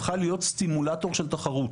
הפכה להיות stimulator של תחרות,